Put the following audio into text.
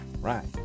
Right